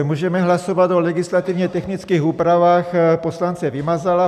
Můžeme hlasovat o legislativně technických úpravách poslance Vymazala.